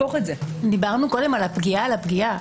דיברנו קודם על הפגיעה על הפגיעה.